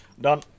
Done